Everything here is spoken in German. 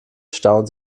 stauen